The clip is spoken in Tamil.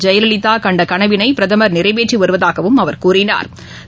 ஜெயலலிதாகண்டகனவினைபிரதமா் நிறைவேற்றிவருவதாகவும் அவா் கூறினாா்